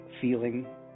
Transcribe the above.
feeling